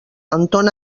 entona